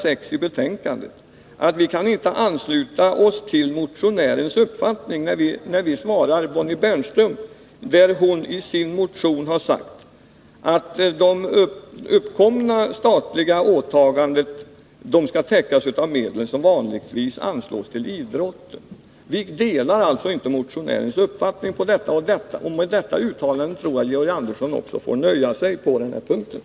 Där svarar vi på Bonnie Bernströms motion, att vi inte kan ansluta oss till motionärens uppfattning, att de kostnader för vinterspelen som kan uppkomma som följd av det statliga åtagandet bör täckas av medel som vanligtvis anslås till idrotten. Utskottet delar alltså inte motionärens uppfattning. Jag tror att Georg Andersson på den här punkten också får nöja sig med detta uttalande.